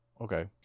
okay